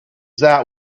that